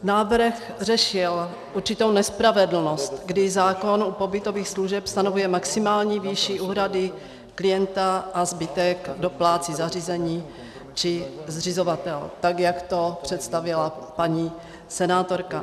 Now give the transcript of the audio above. Návrh řešil určitou nespravedlnost, kdy zákon u pobytových služeb stanovuje maximální výši úhrady klienta a zbytek doplácí zařízení či zřizovatel, tak jak to představila paní senátorka.